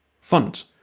fund